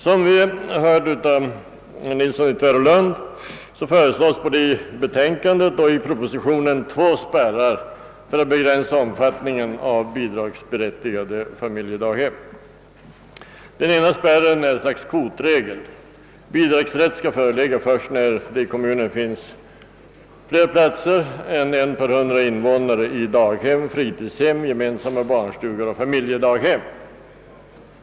Som vi hört av herr Nilsson i Tvärålund föreslås både i betänkandet och i propositionen två spärrar för att begränsa omfattningen av bidragsberättigade familjedaghem. Den ena spärren är ett slags kvotregel. Bidragsrätt skall föreligga först när det i kommunen finns fler platser än en per 100 invånare i daghem, fritidshem, gemensamma barnstugor och familjedaghem.